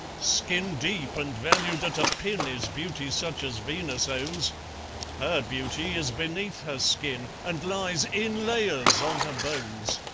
skin-deep, and valued at a pin, is beauty such as venus owns her beauty is beneath her skin, and lies in layers on her bones.